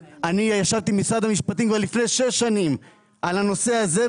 ישבתי עם משרד המשפטים כבר לפני שש שנים על הנושא הזה,